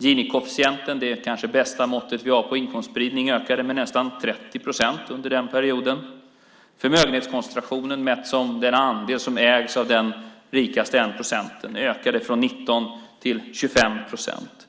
Gini-koefficienten, kanske det bästa måttet vi har på inkomstspridning, ökade med nästan 30 procent under den perioden. Förmögenhetskoncentrationen mätt som den andel som ägs av den rikaste procenten ökade från 19 till 25 procent.